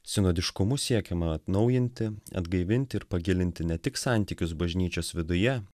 sinodiškumu siekiama atnaujinti atgaivinti ir pagilinti ne tik santykius bažnyčios viduje